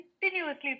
continuously